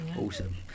awesome